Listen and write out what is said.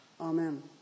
Amen